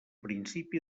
principi